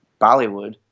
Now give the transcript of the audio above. Bollywood